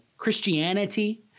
Christianity